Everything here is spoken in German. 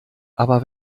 aber